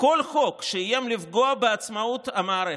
"כל חוק שאיים לפגוע בעצמאות המערכת,